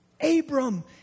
Abram